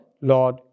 Lord